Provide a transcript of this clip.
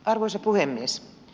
arvoisa puhemies